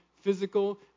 physical